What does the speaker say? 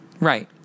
Right